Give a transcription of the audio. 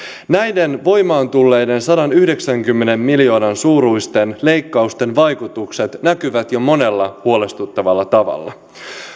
näiden voimaan tulleiden sadanyhdeksänkymmenen miljoonan suuruisten leikkausten vaikutukset näkyvät jo monella huolestuttavalla tavalla